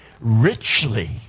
richly